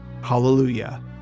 Hallelujah